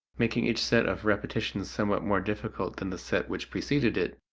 making each set of repetitions somewhat more difficult than the set which preceded it,